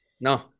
No